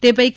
તે પૈકી